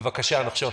בבקשה, נחשון.